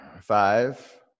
Five